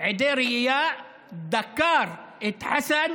עדי ראייה, דקר את חסן